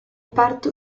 parto